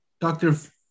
Dr